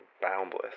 boundless